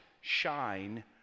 shine